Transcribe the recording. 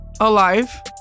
alive